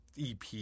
EP